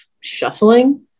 shuffling